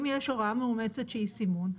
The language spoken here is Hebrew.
אם יש הוראה מאומצת שהיא סימון,